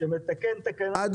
זה